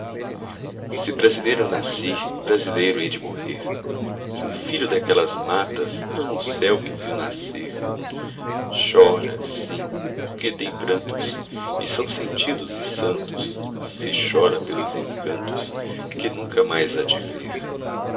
se brasileiro eu nasci brasileiro hei de morrer que um filho daquelas matas ama o céu que o viu nascer chora sim porque tem prantos e são sentidos e santos se chora pelos encantos que nunca mais